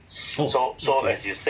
oh okay